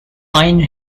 pine